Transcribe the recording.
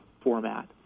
format